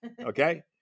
Okay